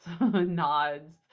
nods